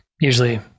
usually